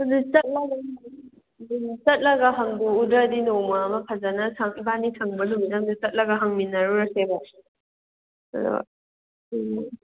ꯑꯗꯨꯅꯦ ꯆꯠꯂꯒ ꯆꯠꯂꯒ ꯍꯪꯗꯣꯛ ꯎꯗ꯭ꯔꯗꯤ ꯅꯣꯡꯃ ꯑꯃ ꯐꯖꯅ ꯏꯕꯅꯤ ꯁꯪꯕ ꯅꯨꯃꯤꯠ ꯑꯝꯗ ꯆꯠꯂꯒ ꯍꯪꯃꯤꯟꯅꯔꯨꯔꯁꯦꯕ ꯑꯗꯣ ꯎꯝ